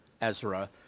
Ezra—